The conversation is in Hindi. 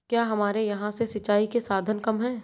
क्या हमारे यहाँ से सिंचाई के साधन कम है?